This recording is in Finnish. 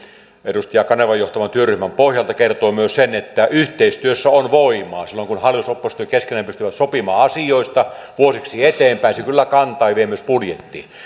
edustaja kanervan johtaman työryhmän pohjalta kertoo myös sen että yhteistyössä on voimaa silloin kun hallitus ja oppositio keskenään pystyvät sopimaan asioista vuosiksi eteenpäin se kyllä kantaa ja vie myös budjettiin